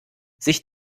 sich